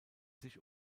sich